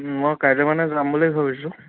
মই কাইলৈ মানে যাম বুলি ভাবিছোঁ